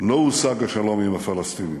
לא הושג השלום עם הפלסטינים.